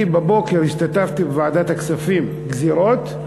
אני בבוקר השתתפתי בוועדת הכספים, גזירות.